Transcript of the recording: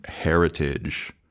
heritage